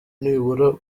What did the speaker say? nibura